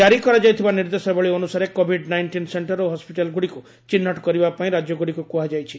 କାରି କରାଯାଇଥିବା ନିର୍ଦ୍ଦେଶାବଳୀ ଅନୁସାରେ କୋଭିଡ ନାଇଷ୍ଟିନ୍ ସେକ୍ଷର ଓ ହସିଟାଲ ଗୁଡ଼ିକୁ ଚିହ୍ନଟ କରିବା ପାଇଁ ରାଜ୍ୟଗୁଡ଼ିକୁ କୁହାଯାଇଛି